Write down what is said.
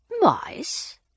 Mice